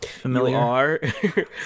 Familiar